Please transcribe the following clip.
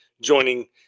joining